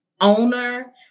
owner